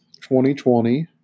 2020